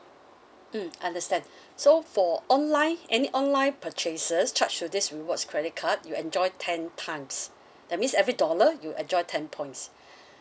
mm understand so for online any online purchases charge to this rewards credit card you enjoy ten times that means every dollar you enjoy ten points